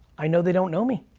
i know they don't know me.